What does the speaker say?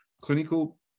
clinical